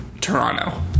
Toronto